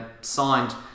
signed